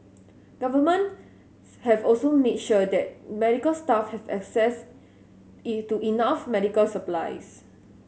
governments have also made sure that medical staff have access to enough medical supplies